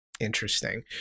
Interesting